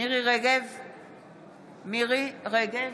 מירי מרים רגב,